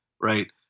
right